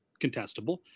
contestable